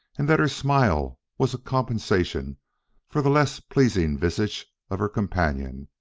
and that her smile was a compensation for the less pleasing visage of her companion,